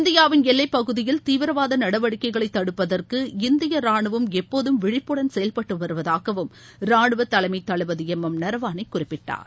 இந்தியாவின் எல்லைப்பகுதியில் தீவிரவாத நடவடிக்கைகளை தடுப்பதற்கு இந்திய ரானுவம் எப்போதும் விழிப்புடன் செயல்பட்டு வருவதாகவும் ரானுவ தலைமைத் தளபதி எம் எம் நரவானே குறிப்பிட்டார்